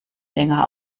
länger